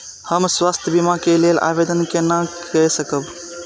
हम स्वास्थ्य बीमा के लेल आवेदन केना कै सकब?